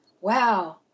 wow